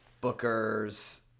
Booker's